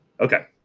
Okay